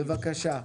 בבקשה.